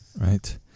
Right